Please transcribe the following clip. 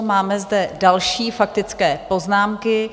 Máme zde další faktické poznámky.